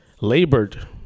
labored